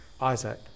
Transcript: Isaac